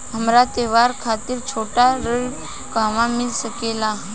हमरा त्योहार खातिर छोटा ऋण कहवा मिल सकेला?